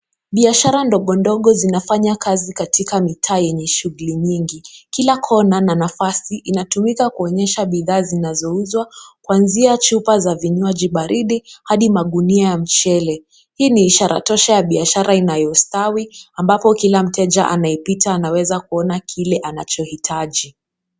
Biashara ndogo ndogo zinafanya kazi katika mitaa yenye shughuli nyingi. Kila kona na nafasi inatumika kuonyesha bidhaa zinazouzwa kuanzia chupa za vinywaji baridi hadi magunia ya mchele. Hii ni ishara tosha ya biashara inayostawi ambapo kila mteja anaipita anaweza kuona kile anachohitaji.